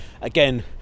again